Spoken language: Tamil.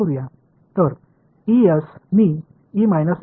எனவே நான் இதை என்று எழுதினேன்